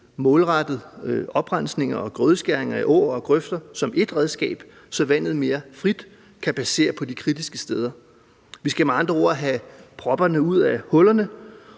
målrettede oprensninger og grødeskæringer i åer og grøfter som et af redskaberne, så vandet kan passere mere frit de kritiske steder. Vi skal med andre ord have propperne ud af hullerne,